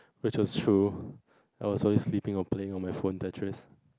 which was true I was always sleeping or playing on my phone Tetris